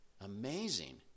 Amazing